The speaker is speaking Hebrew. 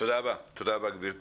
תודה רבה, גברתי.